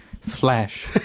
flash